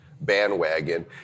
bandwagon